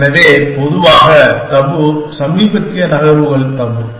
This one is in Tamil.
எனவே பொதுவாக தபு சமீபத்திய நகர்வுகள் தபு